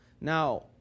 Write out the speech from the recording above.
Now